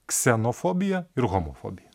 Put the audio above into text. ksenofobija ir homofobija